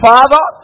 Father